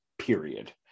period